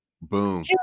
Boom